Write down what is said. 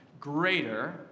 greater